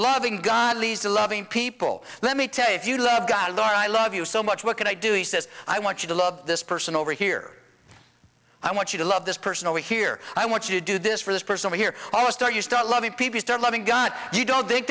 to loving people let me tell you if you love god or i love you so much what can i do he says i want you to love this person over here i want you to love this person over here i want you to do this for this person here almost all you start loving people start loving god you don't think